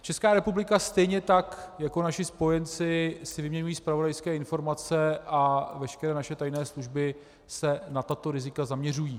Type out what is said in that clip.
Česká republika stejně tak jako naši spojenci si vyměňují zpravodajské informace a veškeré naše tajné služby se na tato rizika zaměřují.